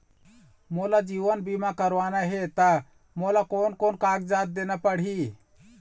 मोला जीवन बीमा करवाना हे ता मोला कोन कोन कागजात देना पड़ही?